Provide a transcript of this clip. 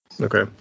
Okay